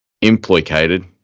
implicated